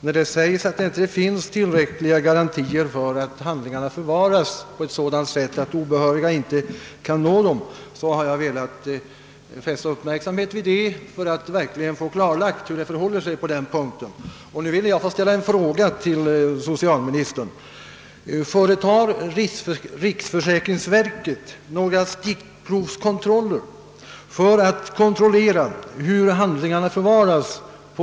När det sägs att det inte finns tillräckliga garantier för att handlingarna förvaras på ett sådant sätt att obehöriga inte kan nå dem, har jag velat fästa uppmärksamheten därpå.